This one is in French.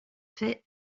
faits